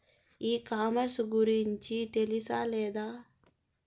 ఈ కామర్స్ గురించి తెలుసా లేదా?